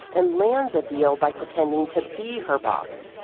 and lands a deal by pretending to be her boss.